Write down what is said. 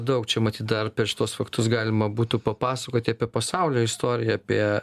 daug čia matyt dar per šituos faktus galima būtų papasakoti apie pasaulio istoriją apie